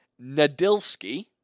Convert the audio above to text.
Nadilski